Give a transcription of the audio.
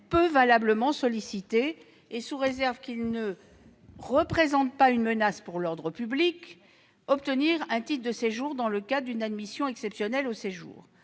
peut valablement solliciter et, sous réserve qu'il ne représente pas une menace pour l'ordre public, obtenir un titre de séjour dans le cadre d'une admission exceptionnelle au séjour.